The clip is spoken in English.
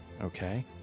Okay